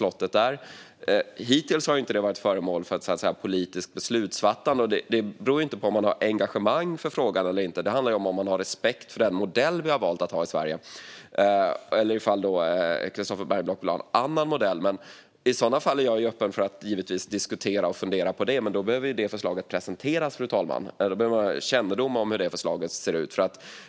Hittills har dessa frågor inte varit föremål för politiskt beslutsfattande. Det beror inte på om man har engagemang för frågan eller inte, utan det handlar om att man har respekt för den modell vi har valt i Sverige. Vill Christofer Bergenblock ha en annan modell? I så fall är jag givetvis öppen för att diskutera och fundera, men då måste förslaget presenteras så att man får kännedom om hur det ser ut.